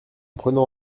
prenant